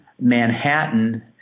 Manhattan